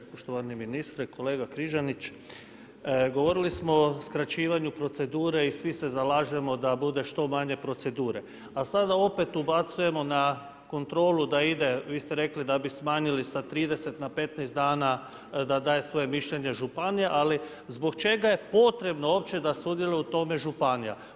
Poštovani ministre, kolega Križanić, govorili smo o skraćivanju procedure i svi se zalažemo da bude što manje procedure, a sada opet ubacujemo na kontrolu da ide, vi ste rekli da bi smanjili sa 30 na 15 dana, da daje svoje mišljenje županija, ali zbog čega je potrebno uopće da sudjeluju u tome županija?